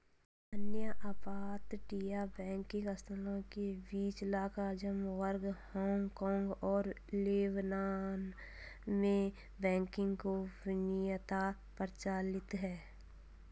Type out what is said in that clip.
अन्य अपतटीय बैंकिंग संस्थानों के बीच लक्ज़मबर्ग, हांगकांग और लेबनान में बैंकिंग गोपनीयता प्रचलित है